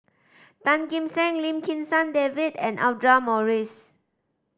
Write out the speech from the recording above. Tan Kim Seng Lim Kim San David and Audra Morrice